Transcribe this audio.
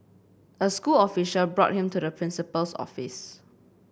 a school official brought him to the principal's office